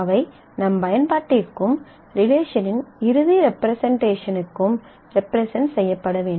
அவை நம் பயன்பாட்டிற்கும் ரிலேஷனின் இறுதி ரெப்ரெசென்ட்டேஷனுக்கும் ரெப்ரெசென்ட் செய்யப்பட வேண்டும்